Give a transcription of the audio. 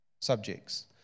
subjects